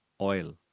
oil